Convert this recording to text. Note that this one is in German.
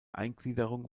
eingliederung